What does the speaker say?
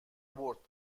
برد